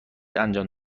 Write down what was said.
انجام